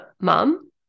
mom